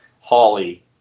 Holly